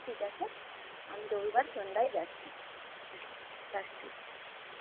ঠিক আছে আমি রবিবার সন্ধ্যায় যাচ্ছি রাখছি